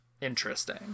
interesting